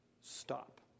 stop